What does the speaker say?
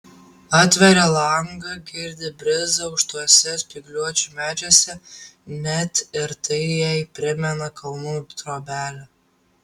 atveria langą girdi brizą aukštuose spygliuočių medžiuose net ir tai jai primena kalnų trobelę